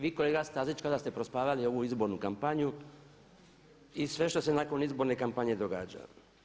Vi kolega Stazić kao da ste prospavali ovu izbornu kampanju i sve što se nakon izborne kampanje događalo.